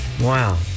Wow